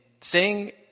sing